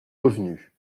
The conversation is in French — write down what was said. revenue